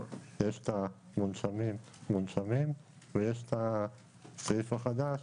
יש את המונשמים מונשמים, ויש את הסעיף החדש